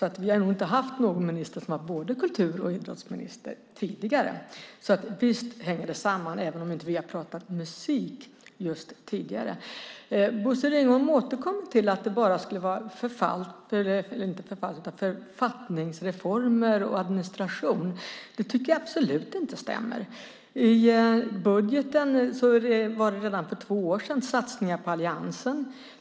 Vi har nog inte haft någon minister som har varit både kultur och idrottsminister tidigare. Visst hänger det samman även om vi inte har pratat musik tidigare. Bosse Ringholm återkommer till att det bara skulle vara författningsreformer och administration. Jag tycker absolut inte att det stämmer. Redan i budgeten för två år sedan var det satsningar på alliansen.